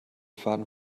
faden